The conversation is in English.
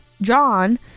John